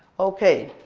okay,